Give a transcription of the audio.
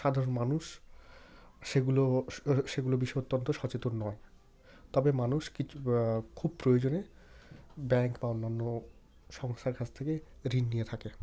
সাধারণ মানুষ সেগুলো সেগুলো বিষয়ে অত্যন্ত সচেতন নয় তবে মানুষ কিছু খুব প্রয়োজনে ব্যাংক বা অন্যান্য সংস্থার কাছ থেকে ঋণ নিয়ে থাকে